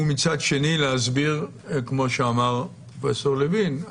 ומצד שני, להסביר, כמו שאמר פרופ' לוין,